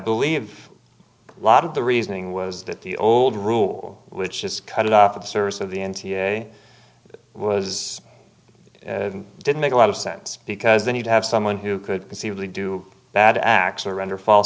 believe a lot of the reasoning was that the old rule which just cut it off at the service of the m t a was didn't make a lot of sense because then you'd have someone who could conceivably do bad acts or render false